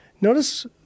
notice